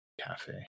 cafe